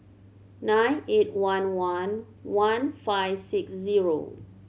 nine eight one one one five six zero